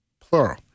plural